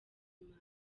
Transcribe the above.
imana